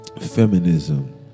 feminism